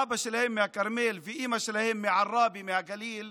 אבא שלהם מהכרמל ואימא שלהם מעראבה, מהגליל.